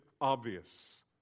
obvious